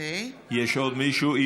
יש עוד מישהו?